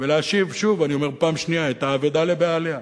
ולהשיב שוב, אני אומר פעם שנייה, את האבדה לבעליה.